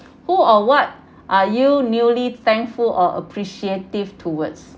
who or what are you newly thankful or appreciative towards